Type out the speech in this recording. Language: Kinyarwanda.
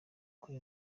kuri